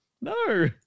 No